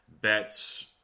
bets